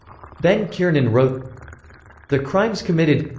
ben kiernan wrote the crimes committed.